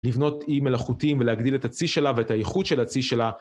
לבנות איים מלאכותיים ולהגדיל את הצי שלה ואת האיכות של הצי שלה.